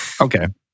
Okay